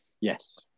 Yes